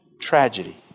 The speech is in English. tragedy